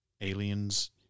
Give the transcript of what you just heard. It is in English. aliens